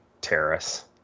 Terrace